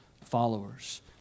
followers